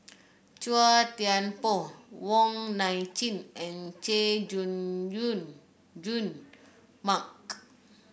Chua Thian Poh Wong Nai Chin and Chay Jung Jun Jun Mark